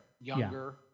younger